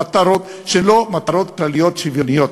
למטרות שהן לא מטרות כלליות שוויוניות.